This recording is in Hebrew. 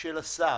של השר